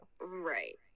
right